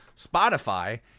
Spotify